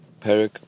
Perik